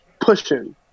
pushing